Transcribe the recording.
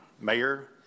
mayor